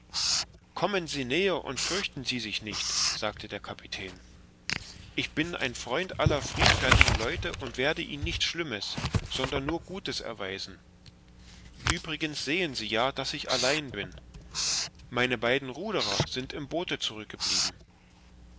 kommen sie näher und fürchten sie sich nicht sagte der kapitän ich bin ein freund aller friedfertigen leute und werde ihnen nichts schlimmes sondern nur gutes erweisen uebrigens sehen sie ja daß ich allein bin meine beiden ruderer sind im boote zurückgeblieben